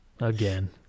again